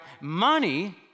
money